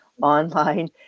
online